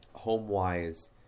home-wise